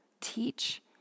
teach